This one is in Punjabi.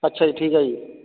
ਅੱਛਿਆ ਜੀ ਠੀਕ ਹੈ ਜੀ